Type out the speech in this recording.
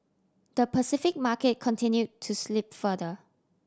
the Pacific market continue to slip further